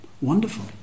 Wonderful